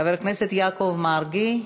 חבר הכנסת יעקב מרגי,